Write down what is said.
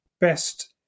best